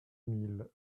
mille